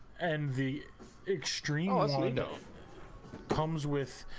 and the extreme ah so you know comes with